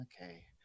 Okay